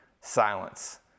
silence